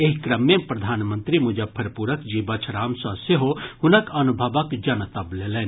एहि क्रम मे प्रधानमंत्री मुजफ्फरपुरक जीवछ राम सँ सेहो हुनक अनुभवक जनतब लेलनि